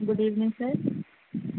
good evening sir